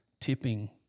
tipping